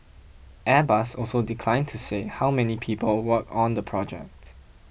Airbus also declined to say how many people work on the project